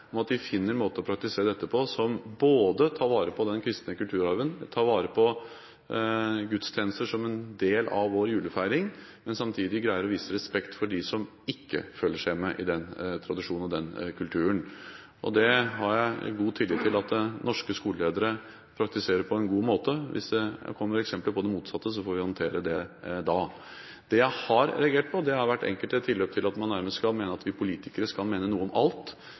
at de finner en måte å praktisere dette på som både tar vare på den kristne kulturarven, tar vare på gudstjenester som en del av vår julefeiring, og samtidig klarer å vise respekt for dem som ikke følger seg hjemme i den tradisjonen og den kulturen. Det har jeg god tillit til at norske skoleledere praktiserer på en god måte. Hvis det kommer eksempler på det motsatte, får vi håndtere det da. Det jeg har reagert på, har vært enkelte tilløp til at man mener at vi politikere nærmest skal mene noe om alt,